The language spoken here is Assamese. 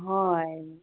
হয়